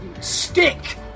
stick